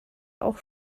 auch